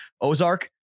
Ozark